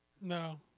No